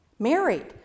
Married